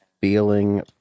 feeling